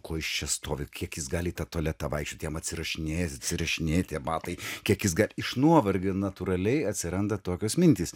ko jis čia stovi kiek jis gali į tą tualetą vaikščioti jam atsirašinėja atsirašinėja tie batai kiek jis gali iš nuovargio natūraliai atsiranda tokios mintys